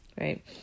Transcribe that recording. right